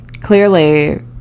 clearly